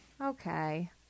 Okay